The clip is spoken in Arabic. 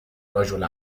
رجل